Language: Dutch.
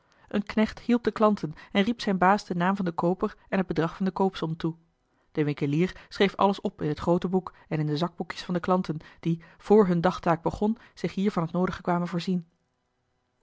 een knecht hielp de klanten en riep zijn baas den naam van den kooper en het bedrag van de koopsom toe de winkelier schreef alles op in het groote boek en in de zakboekjes van de klanten die vr hunne dagtaak begon zich hier van het noodige kwamen voorzien